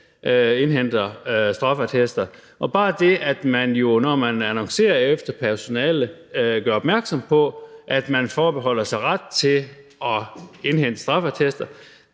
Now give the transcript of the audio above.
indhenter straffeattester, og bare det, at man, når man annoncerer efter personale, gør opmærksom på, at man forbeholder sig ret til at indhente straffeattester,